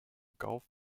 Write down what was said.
golf